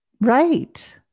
Right